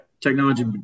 technology